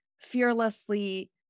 fearlessly